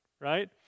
right